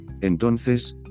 Entonces